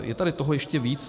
Je tady toho ještě víc